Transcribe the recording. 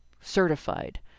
certified